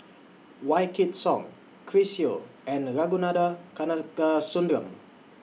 Wykidd Song Chris Yeo and Ragunathar Kanagasuntheram